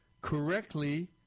correctly